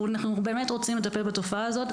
אם אנחנו באמת רוצים לטפל בתופעה הזאת,